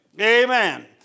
Amen